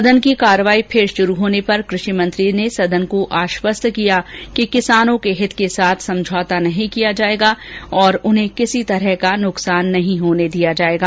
सदन की कार्यवाही फिर शुरू होने पर कृषि मंत्री ने सदन को आश्वस्त किया कि किसानों के हित के साथ समझौता नहीं किया जायेगा और उन्हें किसी तरह का नुकसान नहीं होने दिया जाएगा